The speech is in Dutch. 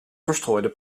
verstrooide